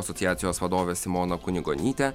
asociacijos vadovė simona kunigonytė